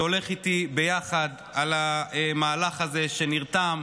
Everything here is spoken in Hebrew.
שהולך איתי ביחד על המהלך הזה, שנרתם.